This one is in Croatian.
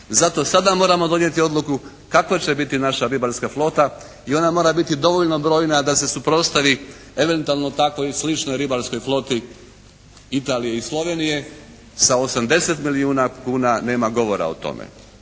Zato sada moramo donijeti odluku kakva će biti naša ribarska flota i ona mora biti dovoljno brojna da se suprotstavi eventualno takvoj i sličnoj ribarskoj floti Italije i Slovenije. Sa 80 milijuna kuna nema govora o tome.